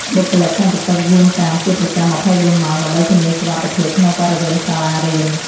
បុគ្គលិកសន្តិសុខយាមកាមជាប្រចាំ ២៤ ម៉ោងដើម្បីធានាសុវត្ថិភាពក្នុងបរិវេណសាលារៀន។